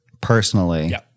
personally